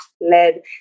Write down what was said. led